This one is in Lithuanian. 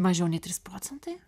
mažiau nei trys procentai